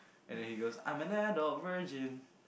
and then he goes I'm an adult virgin